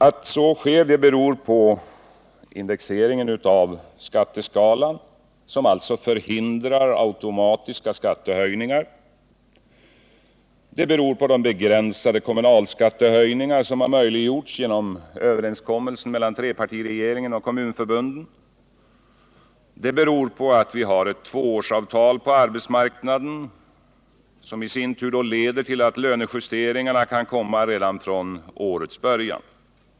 Att så sker beror på indexregleringen av skatteskalan som alltså hindrar automatiska skattehöjningar, vidare beror det på de begränsade kommunalskattehöjningar som möjliggjordes genom överenskommelsen mellan trepartiregeringen och kommunförbunden samt på tvåårsavtalet på arbetsmarknaden, som i sin tur ger lönejusteringar från årets början.